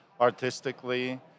artistically